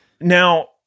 Now